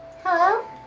Hello